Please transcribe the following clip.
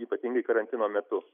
ypatingai karantino metu